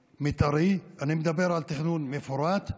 מתארי, אני מדבר על תכנון מפורט,